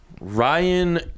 Ryan